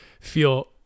feel